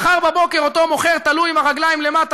מחר בבוקר אותו מוכר תלוי עם הרגליים למטה